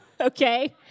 okay